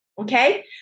Okay